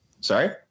sorry